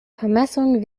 vermessung